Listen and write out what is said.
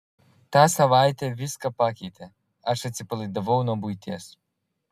ta savaitė viską pakeitė aš atsipalaidavau nuo buities